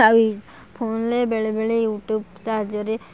ଆଉ ଫୋନ୍ ରେ ବେଳେବେଳେ ୟୁଟୁବ୍ ସାହାଯ୍ୟରେ